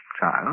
child